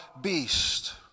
beast